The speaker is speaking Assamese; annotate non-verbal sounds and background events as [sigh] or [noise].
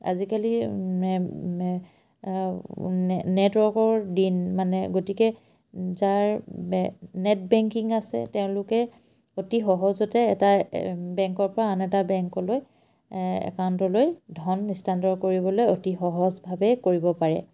আজিকালি [unintelligible] নেটৱৰ্কৰ দিন মানে গতিকে যাৰ নেট বেংকিং আছে তেওঁলোকে অতি সহজতে এটা বেংকৰপৰা আন এটা বেংকলৈ একাউণ্টলৈ ধন স্থানান্তৰ কৰিবলৈ অতি সহজভাৱে কৰিব পাৰে